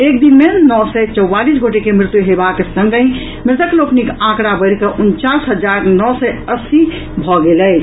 एक दिन मे नओ सय चौवालीस गोटे के मृत्यु हेबाक संगहि मृतक लोकनिक आंकड़ा बढ़िकऽ उनचास हजार नओ सय अस्सी भऽ गेल अछि